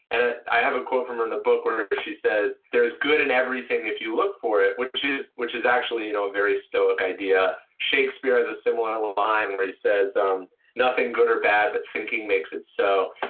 and i've a quote from her in the book where she says there is good in everything if you look for it, which is which is actually you know very stoic idea. shakespeare has a similar line where he says um nothing good or bad but thinking makes it so.